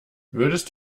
würdest